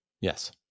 Yes